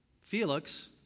Felix